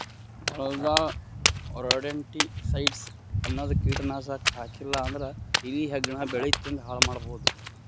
ಹೊಲದಾಗ್ ರೊಡೆಂಟಿಸೈಡ್ಸ್ ಅನ್ನದ್ ಕೀಟನಾಶಕ್ ಹಾಕ್ಲಿಲ್ಲಾ ಅಂದ್ರ ಇಲಿ ಹೆಗ್ಗಣ ಬೆಳಿ ತಿಂದ್ ಹಾಳ್ ಮಾಡಬಹುದ್